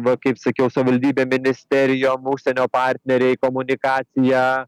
va kaip sakiau savivaldybėm ministerijom užsienio partneriai komunikacija